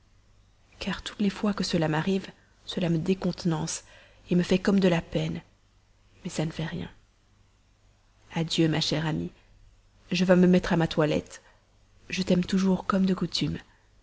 car toutes les fois que cela m'arrive cela me décontenance me fait comme de la peine mais ça ne fait rien adieu ma chère amie je vais me mettre à ma toilette je t'aime toujours comme de coutume